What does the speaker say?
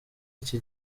iki